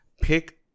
pick